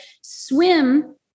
swim